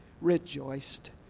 rejoiced